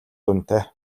дүнтэй